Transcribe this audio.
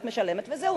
את משלמת וזהו,